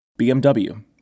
BMW